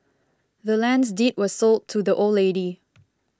the land's deed was sold to the old lady